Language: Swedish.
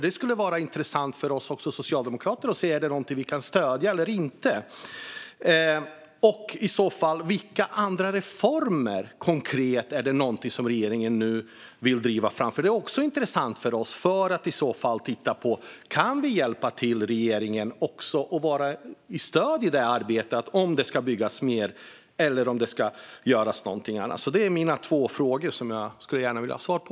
Det skulle vara intressant för oss socialdemokrater att se om detta i så fall är någonting som vi kan stödja eller inte. Vilka andra konkreta reformer vill regeringen nu driva fram? Det är intressant för oss att se om vi kan hjälpa regeringen och vara ett stöd i detta arbete, om det nu ska byggas mer eller göras någonting annat. Det är mina två frågor, som jag gärna skulle vilja ha svar på.